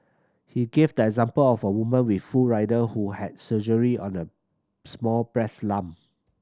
he gave the example of a woman with full rider who had surgery on a small breast lump